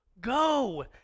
Go